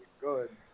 Good